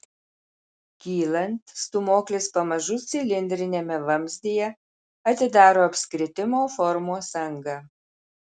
kylant stūmoklis pamažu cilindriniame vamzdyje atidaro apskritimo formos angą